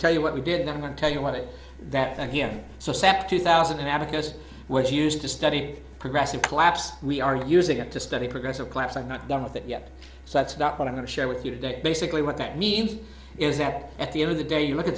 tell you what we did and i'm going to tell you what that so sac two thousand abacus was used to study progressive collapse we are using it to study progressive collapse i'm not done with that yet so that's not what i'm going to share with you today basically what that means is that at the end of the day you look